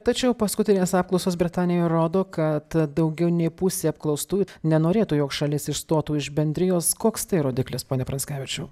tačiau paskutinės apklausos britanijoje rodo kad daugiau nei pusė apklaustųjų nenorėtų jog šalis išstotų iš bendrijos koks tai rodiklis pone pranckevičiau